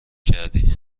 کردی